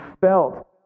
felt